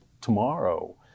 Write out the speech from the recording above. tomorrow